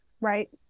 Right